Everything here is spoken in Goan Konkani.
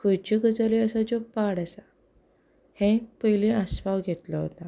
खंयच्यो गजाली आसा ज्यो पाड आसा हें पयलीं आसपाव घेतलो वता